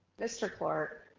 mr. clark,